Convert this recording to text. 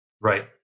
Right